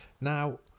Now